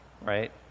Right